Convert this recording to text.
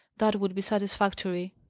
that would be satisfactory.